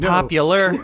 Popular